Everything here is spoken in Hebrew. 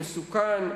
מסוכן,